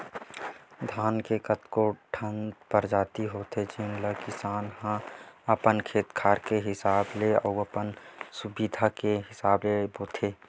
धान के कतको ठन परजाति होथे जेन ल किसान ह अपन खेत खार के हिसाब ले अउ अपन सुबिधा के हिसाब ले बोथे